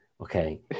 Okay